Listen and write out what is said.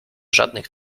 żadnych